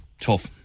tough